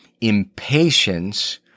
Impatience